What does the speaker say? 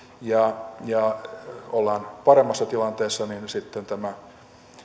ja ja ollaan paremmassa tilanteessa tämä